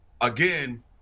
again